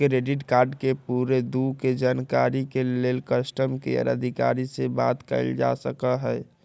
credit card के पूरे दू के जानकारी के लेल कस्टमर केयर अधिकारी से बात कयल जा सकइ छइ